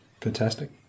Fantastic